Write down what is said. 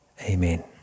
Amen